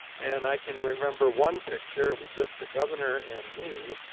and i can remember one picture, it was just the governor and me,